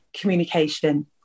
communication